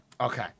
okay